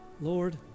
Lord